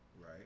right